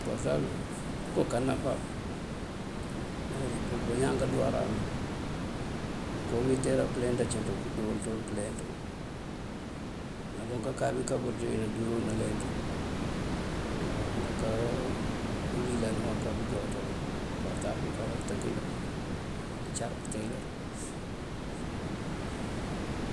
Porëtabël, pooko ká náfá pël bañaan káanduwáran nul. Mëënko umintera pëlenţ acíintú këënduwul ţël këëlenţël. Náloŋ ká kábëţ nëënduwí nëëlenţú. Ndëëka ulilan o ndëëka búujáaţ porëtabël káanţënkind ndëëcar pëëteelar.